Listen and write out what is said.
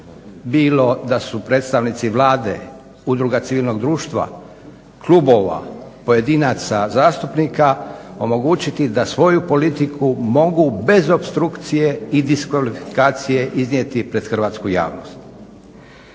bilo da su predstavnici Vlade, Udruga civilnog društva, klubova, pojedinaca, zastupnika omogućiti da svoju politiku mogu bez opstrukcije i diskvalifikacije iznijeti pred hrvatsku javnost.